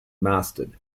mastered